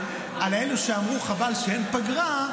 על אלו שאמרו שחבל שאין פגרה,